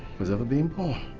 was ever being born.